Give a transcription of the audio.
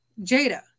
Jada